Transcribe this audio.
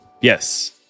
Yes